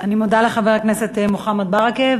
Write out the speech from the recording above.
אני מודה לחבר הכנסת מוחמד ברכה,